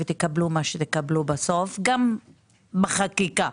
גם בחקיקה.